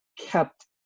kept